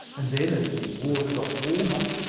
and then, as the water got warmer,